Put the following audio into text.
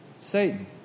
Satan